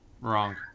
wrong